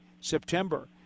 September